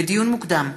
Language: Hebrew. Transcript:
לדיון מוקדם,